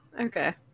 okay